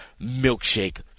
milkshake